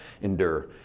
endure